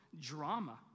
drama